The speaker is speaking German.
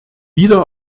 wieder